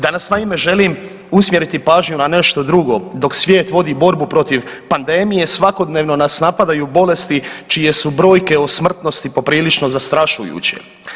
Danas naime želim usmjeriti pažnju na nešto drugo, dok svijet vodi borbu protiv pandemije svakodnevno nas napadaju bolesti čije su brojke o smrtnosti poprilično zastrašujuće.